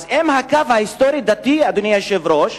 ואם הקו ההיסטורי-דתי, אדוני היושב-ראש,